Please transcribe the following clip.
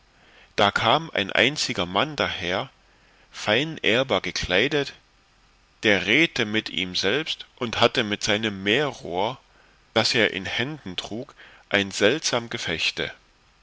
da kam ein einziger mann daher fein ehrbar gekleidet der redte mit ihm selbst und hatte mit seinem meerrohr das er in händen trug ein seltsam gefechte